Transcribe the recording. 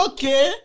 Okay